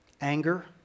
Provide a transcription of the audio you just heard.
Anger